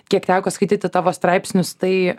kiek teko skaityti tavo straipsnius tai